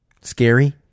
scary